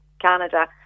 Canada